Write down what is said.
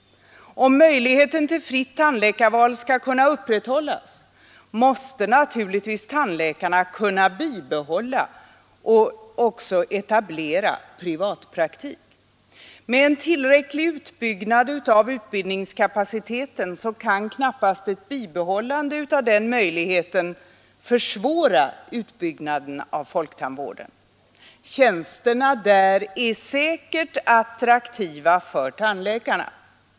Om möjligheten till fritt tandläkarval skall kunna upprätthållas måste naturligtvis tandläkarna kunna bibehålla och också etablera privatpraktik. Med en tillräcklig utbyggnad av utbildningskapaciteten kan ett bibehållande av den möjligheten knappast försvåra utbyggnaden av folktandvården. Tjänsterna där är säkerligen attraktiva för tandläkarna.